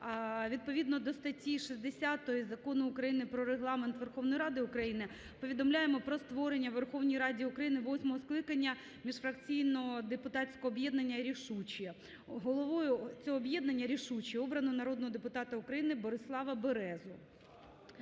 Відповідно до статті 60 Закону України "Про Регламент Верховної Ради України" повідомляємо про створення у Верховній Раді України восьмого скликання міжфракційного депутатського об'єднання "Рішучі". Головою цього об'єднання "Рішучі" обрано народного депутата України Борислава Березу.